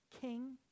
King